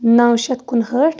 نَو شیٚتھ کُنہٲٹھ